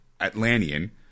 Atlantean